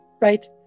right